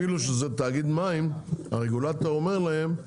בתנאים שבהם אנחנו משתמשים בדרך הזאת.